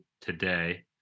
today